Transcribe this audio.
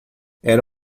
era